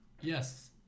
Yes